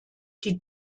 die